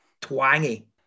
Twangy